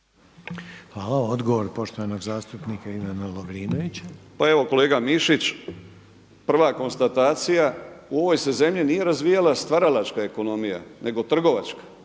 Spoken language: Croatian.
Ivan (Promijenimo Hrvatsku)** pa evo kolega Mišić, prva konstatacija u ovoj se zemlji nije razvijala stvaralačka ekonomija nego trgovačka.